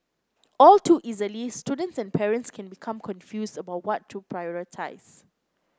all too easily students and parents can become confused about what to prioritise